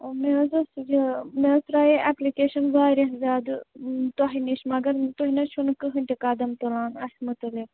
مےٚ حظ اوس یہِ مےٚ حظ ترٛایے ایپلِکیٚشَن واریاہ زیادٕ تۄہہِ نِش مگر تُہۍ نہٕ حظ چھُو نہٕ کٕہٕنۍ تہِ قدم تُلان اَسہِ مُتعلِق